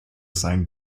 sein